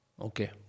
Okay